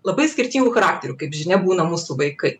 labai skirtingų charakterių kaip žinia būna mūsų vaikai